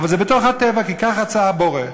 אבל זה בתוך הטבע כי כך רצה הבורא.